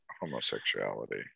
homosexuality